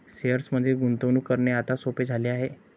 शेअर्समध्ये गुंतवणूक करणे आता सोपे झाले आहे